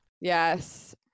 Yes